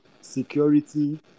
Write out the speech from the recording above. security